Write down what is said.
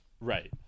Right